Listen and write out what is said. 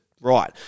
Right